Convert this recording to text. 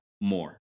more